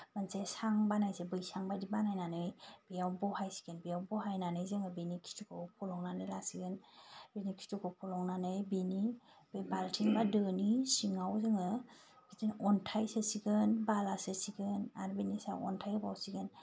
मोनसे सां बानायसै बैसां बायदि बानायनानै बेयाव बहायसिगोन बेयाव बहायनानै जोङो बेनि खिथुखौ फलंनानै लासिगोन बिनि खिथुखौ फलंनानै बेनि बे बाल्थिं बा दोनि सिङाव जोङो बिदिनो अन्थाय सोसिगोन बाला सोसिगोन आरो बेनि सायाव अन्थाय होबावसिगोन